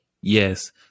Yes